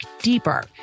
deeper